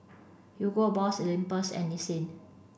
Hugo Boss Olympus and Nissin